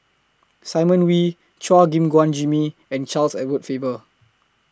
Simon Wee Chua Gim Guan Jimmy and Charles Edward Faber